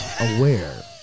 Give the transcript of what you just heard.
aware